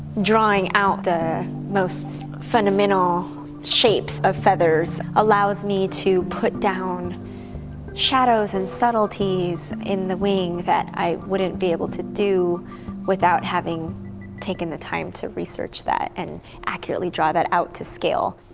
drawing out the most fundamental shapes of feathers allows me to put down shadows and subtleties in the wing that i wouldn't be able to do without having taken the time to research that and accurately draw that out to scale.